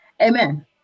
Amen